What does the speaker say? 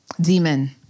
demon